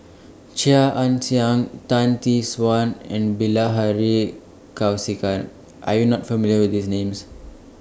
Chia Ann Siang Tan Tee Suan and Bilahari Kausikan Are YOU not familiar with These Names